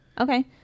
Okay